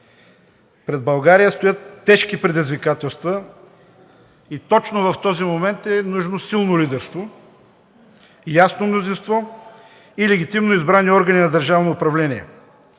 Пред България стоят тежки предизвикателства и точно в този момент е нужно силно лидерство, ясно мнозинство и легитимно избрани органи на държавно управление.